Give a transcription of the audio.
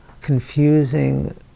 confusing